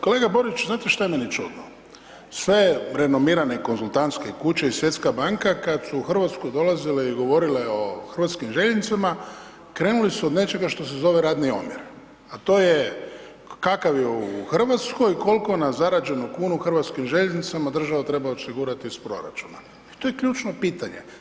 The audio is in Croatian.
Kolega Borić, znate što je meni čudno, sve renomirane konzultantske kuće i Svjetska banka, kada su u Hrvatsku dolazile i govorile o hrvatskim željeznicama, krenule su od nečega što se zove radni omjer, a to je kakav je u Hrvatskoj, koliko na zarađenu kunu Hrvatskim željeznicama država treba osigurati iz proračuna i to je ključno pitanje.